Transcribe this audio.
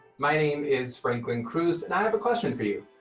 my name is franklin cruz and i have a question for you.